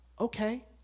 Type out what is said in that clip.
Okay